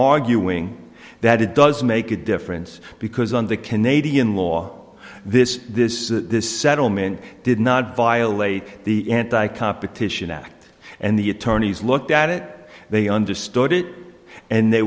arguing that it does make a difference because on the canadian law this this this settlement did not violate the competition act and the attorneys looked at it they understood it and they